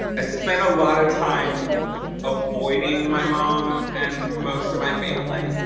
ah spent a lot of time avoiding my mom and most of my family.